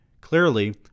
Clearly